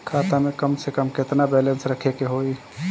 खाता में कम से कम केतना बैलेंस रखे के होईं?